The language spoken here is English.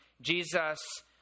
Jesus